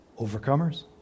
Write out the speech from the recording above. overcomers